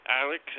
Alex